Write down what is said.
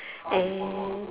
eh